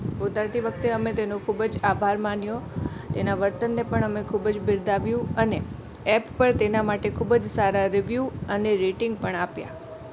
ઉતરતી વખતે અમે તેનો ખૂબ જ આભાર માન્યો તેના વર્તનને પણ અમે ખૂબ જ બિરદાવ્યું અને ઍપ પર તેના માટે ખૂબ જ સારા રિવ્યૂ અને રેટિંગ પણ આપ્યા